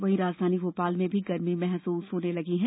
वहीं राजधानी भोपाल में भी गर्मी महसूस होने लगी है